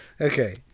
okay